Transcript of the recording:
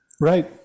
right